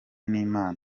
n’imana